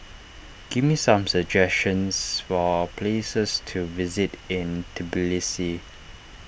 give me some suggestions for places to visit in Tbilisi